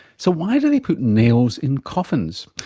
so why do they put nails in coffins?